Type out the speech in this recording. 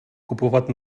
kupovat